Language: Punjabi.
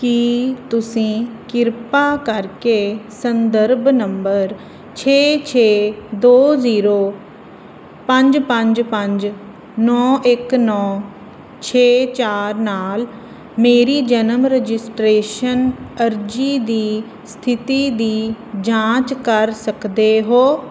ਕੀ ਤੁਸੀਂ ਕਿਰਪਾ ਕਰਕੇ ਸੰਦਰਭ ਨੰਬਰ ਛੇ ਛੇ ਦੋ ਜ਼ੀਰੋ ਪੰਜ ਪੰਜ ਪੰਜ ਨੌਂ ਇੱਕ ਨੌਂ ਛੇ ਚਾਰ ਨਾਲ ਮੇਰੀ ਜਨਮ ਰਜਿਸਟ੍ਰੇਸ਼ਨ ਅਰਜ਼ੀ ਦੀ ਸਥਿਤੀ ਦੀ ਜਾਂਚ ਕਰ ਸਕਦੇ ਹੋ